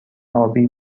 ابی